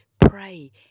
pray